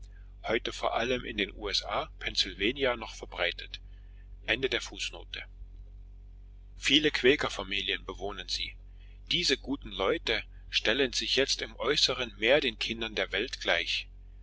noch verbreitet bewohnen sie diese guten leute stellen sich jetzt im äußeren mehr den kindern der welt gleich